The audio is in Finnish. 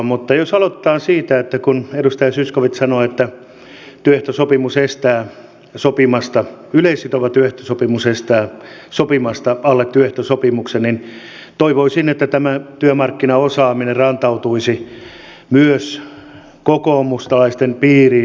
mutta jos aloitetaan siitä että edustaja zyskowicz sanoi että yleissitova työehtosopimus estää sopimasta alle työehtosopimuksen niin toivoisin että tämä työmarkkinaosaaminen rantautuisi myös kokoomuslaisten piiriin